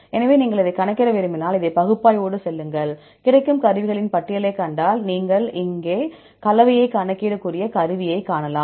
எனவே நீங்கள் அதைக் கணக்கிட விரும்பினால் இந்த பகுப்பாய்வோடு செல்லுங்கள் கிடைக்கும் கருவிகளின் பட்டியலைக் கண்டால் இங்கே நீங்கள் கலவையை கணக்கிடக்கூடிய கருவியைக் காணலாம்